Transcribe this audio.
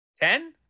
Ten